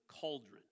cauldron